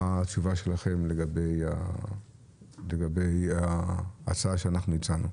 מה התשובה שלכם לגבי ההצעה שאנחנו הצענו.